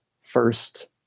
first